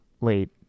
late